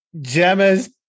Gemma's